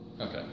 Okay